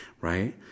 right